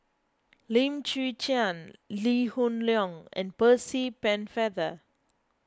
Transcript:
Lim Chwee Chian Lee Hoon Leong and Percy Pennefather